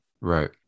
Right